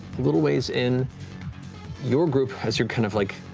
little ways in your group, as you're kind of like,